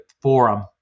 forum